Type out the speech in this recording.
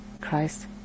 Christ